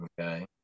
Okay